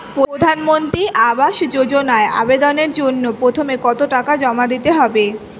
প্রধানমন্ত্রী আবাস যোজনায় আবেদনের জন্য প্রথমে কত টাকা জমা দিতে হবে?